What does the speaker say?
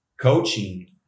coaching